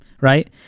right